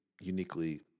uniquely